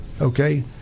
okay